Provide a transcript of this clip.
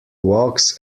walks